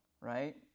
right